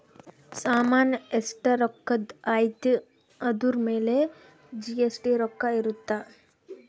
ಸಾಮನ್ ಎಸ್ಟ ರೊಕ್ಕಧ್ ಅಯ್ತಿ ಅದುರ್ ಮೇಲೆ ಜಿ.ಎಸ್.ಟಿ ರೊಕ್ಕ ಇರುತ್ತ